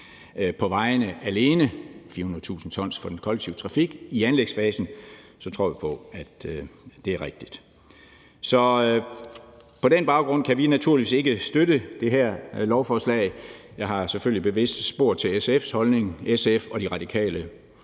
på vejene og ca. 400.000 t CO2 for den kollektive trafik i anlægsfasen; det tror vi på er rigtigt. Så på den baggrund kan vi naturligvis ikke støtte det her lovforslag. Jeg har selvfølgelig bevidst spurgt til SF's holdning. SF og De Radikale